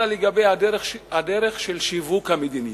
אלא לגבי הדרך של שיווק המדיניות,